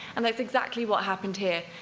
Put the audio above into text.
and that's exactly what happened here.